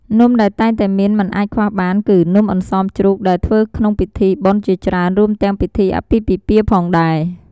នំដែលតែងតែមានមិនអាចខ្វះបានគឺ នំអន្សមជ្រូក ដែលធ្វើក្នុងពិធីបុណ្យជាច្រើន រួមទាំងពិធីរៀបអាពាហ៍ពិពាហ៍ផងដែរ។